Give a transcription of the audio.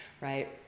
Right